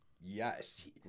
yes